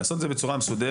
לעשות את זה בצורה מסודרת.